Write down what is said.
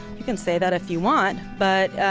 you can say that if you want, but,